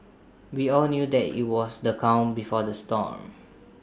we all knew that IT was the calm before the storm